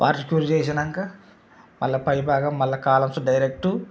water cure చేసినాక దానిపై భాగం మళ్ళా కాలమ్స్ డైరెక్టు